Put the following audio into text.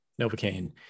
novocaine